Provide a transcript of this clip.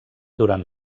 durant